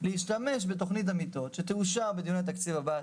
להשתמש בתוכנית המיטות שתאושר בדיון התקציב הבא.